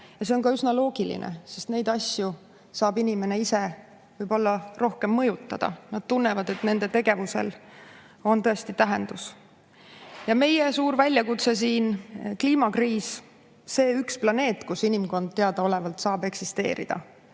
Ja see on ka üsna loogiline, sest neid asju saab inimene ise võib-olla rohkem mõjutada. Nad tunnevad, et nende tegevusel on tähendus. Ja meie suur väljakutse siin on kliimakriis. On vaid üks planeet, kus inimkond teadaolevalt saab eksisteerida.